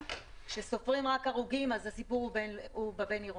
כשסופרים רק הרוגים אז הסיפור הוא בבין-עירוני,